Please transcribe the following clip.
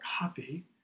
copy